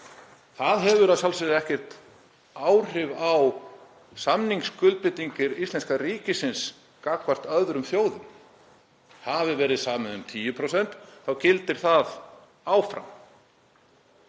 Það hefur að sjálfsögðu ekki áhrif á samningsskuldbindingar íslenska ríkisins gagnvart öðrum þjóðum. Hafi verið samið um 10% þá gildir það áfram.